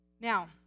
Now